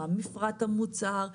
מה מפרט המוצר,